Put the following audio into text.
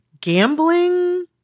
gambling—